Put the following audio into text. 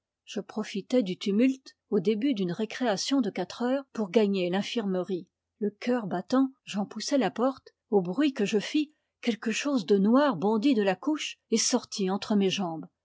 je profitai du tumulte au début d'une récréation de quatre heures pour gagner l'infirmerie le cœur battant j'en poussai la porte au bruit que je fis quelque chose de noir bondit de la couche et sortit entre mes jambes